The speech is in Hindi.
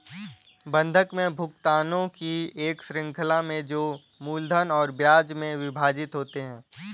बंधक में भुगतानों की एक श्रृंखला में जो मूलधन और ब्याज में विभाजित होते है